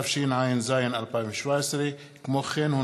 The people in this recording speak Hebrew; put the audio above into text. התשע"ז 2017. כמו כן,